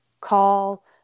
call